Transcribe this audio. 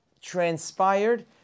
transpired